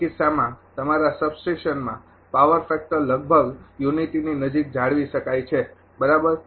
તે કિસ્સામાં તમારા સબસ્ટેશનમાં પાવર ફેક્ટર લગભગ યુનિટીની નજીક જાળવી શકાય છે બરાબર